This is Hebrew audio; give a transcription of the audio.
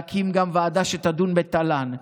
להקים גם ועדה שתדון בתל"ן.